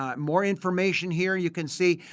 um more information here you can see.